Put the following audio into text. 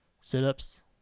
sit-ups